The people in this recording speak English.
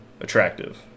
attractive